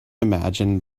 imagine